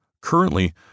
Currently